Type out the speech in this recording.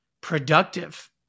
productive